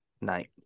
Night